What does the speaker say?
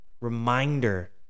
reminder